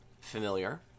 Familiar